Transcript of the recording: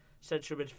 central